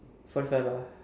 forty five ah